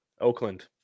Oakland